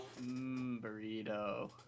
burrito